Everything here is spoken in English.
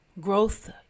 growth